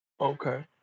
okay